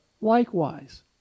likewise